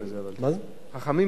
חכמים אומרים זאת,